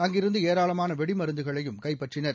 அங்கிருந்துஏராளமானவெடிமருந்துகளையும் கைப்பற்றினர்